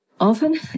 Often